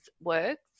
works